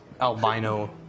Albino